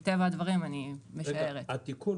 תיקון